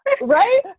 Right